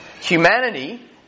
Humanity